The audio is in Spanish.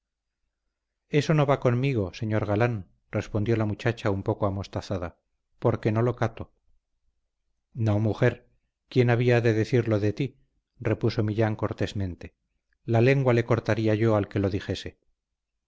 eso no va conmigo señor galán respondió la muchacha un poco amostazada porque no lo cato no mujer quién había de decirlo de ti repuso millán cortésmente la lengua le cortaría yo al que lo dijese sea